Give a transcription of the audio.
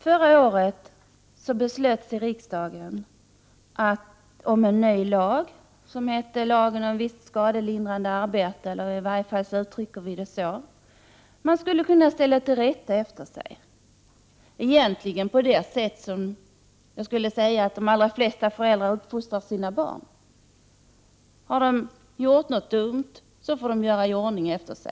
Förra året beslöt riksdagen att införa en lag om visst skadelindrande arbete. Enligt denna skulle man få ställa till rätta efter sig. Det skulle ske på samma sätt som de allra flesta föräldrar uppfostrar sina barn. Om barnen har gjort något dumt får de göra i ordning efter sig.